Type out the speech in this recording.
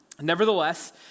Nevertheless